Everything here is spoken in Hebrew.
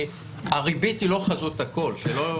והריבית היא לא חזות הכול.